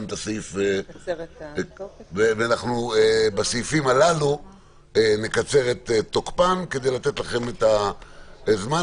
ונקצר את תוקפם של הסעיפים הללו כדי לתת לכם את הזמן,